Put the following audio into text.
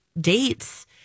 dates